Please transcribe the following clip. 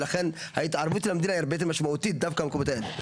לכן ההתערבות של המדינה היא הרבה יותר משמעותית דווקא במקומות האלה.